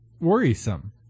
worrisome